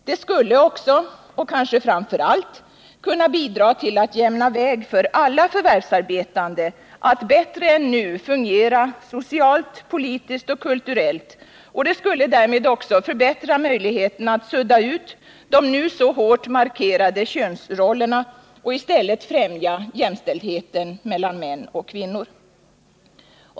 Det skulle också, och kanske framför allt, kunna bidra till att jämna väg för alla förvärvsarbetande att bättre än nu fungera socialt, politiskt och kulturellt. Det skulle därmed också förbättra möjligheterna att sudda ut de nu så hårt markerade könsrollerna och i stället främja jämställdheten mellan män och kvinnor.